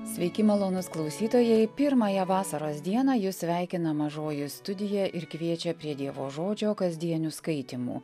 sveiki malonūs klausytojai pirmąją vasaros dieną jus sveikina mažoji studija ir kviečia prie dievo žodžio kasdienių skaitymų